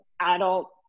adult